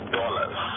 dollars